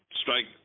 strike